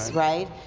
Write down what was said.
right,